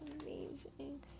amazing